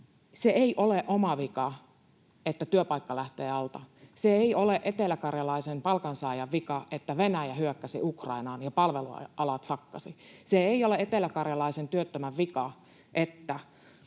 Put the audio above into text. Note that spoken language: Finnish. se ei ole oma vika, että työpaikka lähtee alta. Se ei ole eteläkarjalaisen palkansaajan vika, että Venäjä hyökkäsi Ukrainaan ja palvelualat sakkasivat. Se ei ole eteläkarjalaisen työttömän vika, että